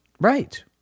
Right